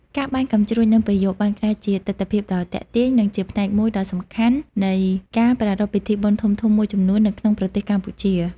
ការបាញ់កាំជ្រួចនៅពេលយប់បានក្លាយជាទិដ្ឋភាពដ៏ទាក់ទាញ និងជាផ្នែកមួយដ៏សំខាន់នៃការប្រារព្ធពិធីបុណ្យធំៗមួយចំនួននៅក្នុងប្រទេសកម្ពុជា។